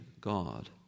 God